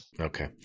Okay